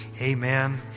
amen